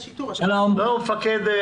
מפקד?